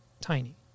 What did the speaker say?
Tiny